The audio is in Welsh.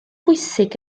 bwysig